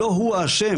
לא הוא האשם.